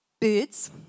birds